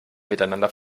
miteinander